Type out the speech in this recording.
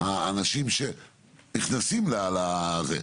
האנשים שנכנסים לזה,